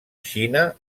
xina